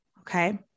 Okay